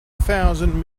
thousand